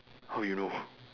how you know